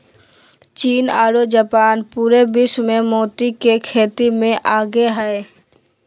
चीन आरो जापान पूरा विश्व मे मोती के खेती मे आगे हय